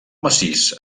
massís